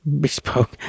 bespoke